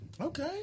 Okay